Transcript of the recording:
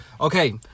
Okay